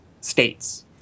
states